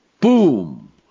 boom